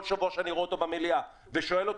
כל שבוע כשאני רואה אותו במליאה ושואל אותי,